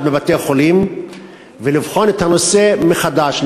מבתי-החולים ולבחון את הנושא מחדש.